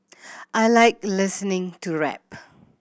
I like listening to rap